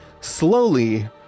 slowly